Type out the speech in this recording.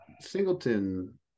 Singleton